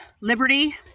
Liberty